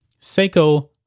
Seiko